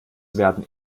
werden